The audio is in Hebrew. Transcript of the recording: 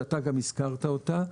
שאתה גם הזכרת אותה,